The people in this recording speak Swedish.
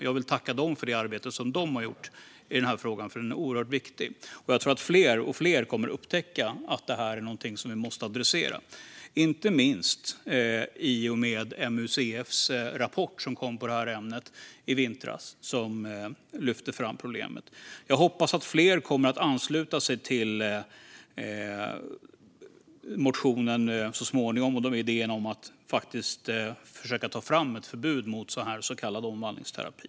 Jag vill tacka dem för det arbete som de har gjort, för det är oerhört viktigt. Jag tror att fler och fler kommer att upptäcka att det här är något som vi måste adressera, inte minst i och med MUCF:s rapport om ämnet som kom i vintras och som lyfter fram problemet. Jag hoppas att fler kommer att ansluta sig till motionen så småningom. Idén är att försöka ta fram ett förbud mot så kallad omvandlingsterapi.